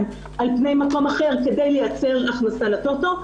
על פני מקום אחר כדי לייצר הכנסה לטוטו,